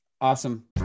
Awesome